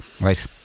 Right